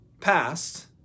past